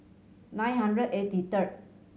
nine hundred eighty third